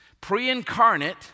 pre-incarnate